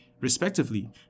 Respectively